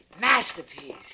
masterpiece